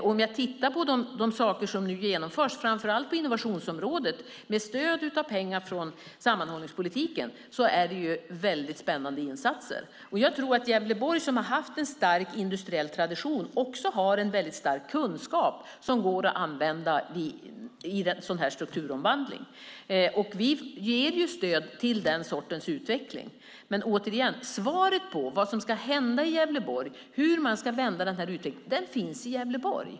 De insatser som nu görs, framför allt på innovationsområdet, med stöd av pengar från sammanhållningspolitiken är väldigt spännande. Jag tror att Gävleborg, som har haft en stark industriell tradition, också har en väldigt stark kunskap som går att använda i en sådan här strukturomvandling. Vi ger stöd till den sortens utveckling. Men återigen: Svaret på vad som ska hända i Gävleborg och hur man ska vända utvecklingen finns i Gävleborg.